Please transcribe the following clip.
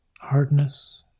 hardness